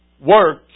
work